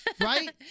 Right